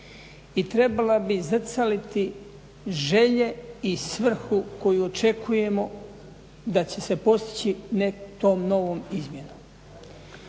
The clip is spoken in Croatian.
i trebala bi zrcaliti želje i svrhu koju očekujemo da će se postići nekakvom novom izmjenom.